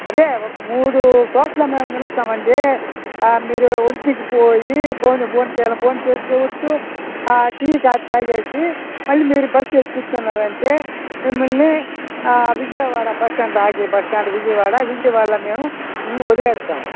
అదే ఒక మూడు చోట్ల మేము నిలుస్తాం అండి మీరు ఒంటికి పోయి బోను బోన్ చేయా భోం చేసుకోవచ్చు టీ కాఫీ తాగి మళ్ళీ మీరు బస్సు ఎక్కి కూర్చున్నారంటే మిమ్మలని విజయవాడ బస్ స్టాండ్లో ఆగే బస్ స్టాండ్ విజయవాడ విజయవాడలో మేము మిమ్మలని వదిలేస్తాం